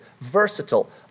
versatile